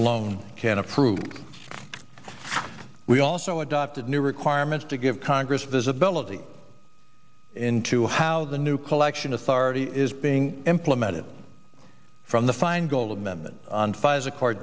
alone can approve we also adopted new requirements to give congress visibility into how the new collection authority is being implemented from the feingold amendment on fi